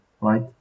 right